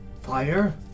fire